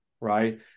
right